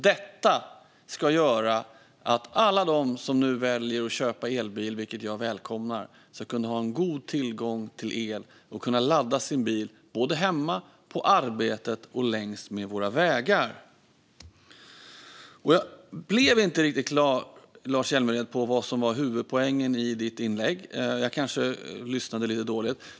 Detta ska göra att alla de som nu väljer att köpa elbil, vilket jag välkomnar, ska kunna ha god tillgång till el och kunna ladda sin bil såväl hemma som på arbetet och längs med våra vägar. Lars Hjälmered! Jag blev inte riktigt klar över vad som var huvudpoängen i ditt inlägg. Jag kanske lyssnade lite dåligt.